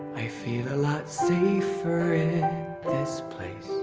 i feel a lot safer in this place